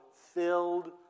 filled